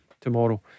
tomorrow